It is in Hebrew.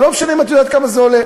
זה לא משנה אם את יודעת כמה זה עולה.